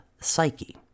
psyche